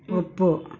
ಒಪ್ಪು